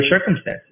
circumstances